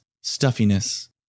stuffiness